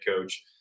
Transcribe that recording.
coach